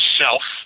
self